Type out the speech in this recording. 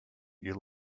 you